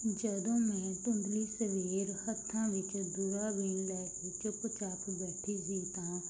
ਜਦੋਂ ਮੈਂ ਧੁੰਦਲੀ ਸਵੇਰ ਹੱਥਾਂ ਵਿੱਚ ਦੂਰਬੀਨ ਲੈ ਚੁੱਪ ਚਾਪ ਬੈਠੀ ਸੀ ਤਾਂ